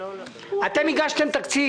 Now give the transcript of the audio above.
אתם הגשתם תקציב.